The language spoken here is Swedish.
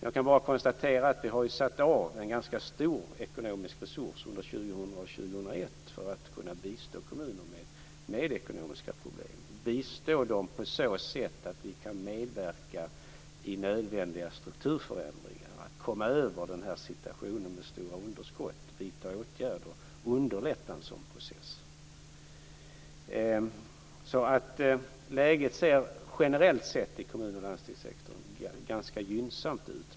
Jag kan bara konstatera att vi har satt av ganska stora ekonomiska resurser under år 2000 och år 2001 för att kunna bistå kommuner med ekonomiska problem. Vi vill bistå dem på så sätt att vi kan medverka i nödvändiga strukturförändringar för att komma över en situation med stora underskott, vidta åtgärder och underlätta en sådan process. Läget i kommun och landstingssektorn ser generellt sett ganska gynnsamt ut.